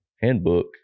handbook